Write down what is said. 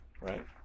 right